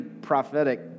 prophetic